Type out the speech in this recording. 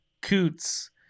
Coots